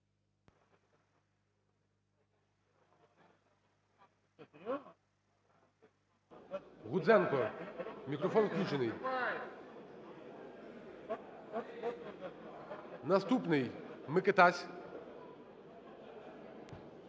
Гудзенко, мікрофон включений. Наступний – Микитась.